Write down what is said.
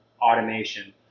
automation